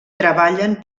treballen